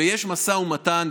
ויש משא ומתן,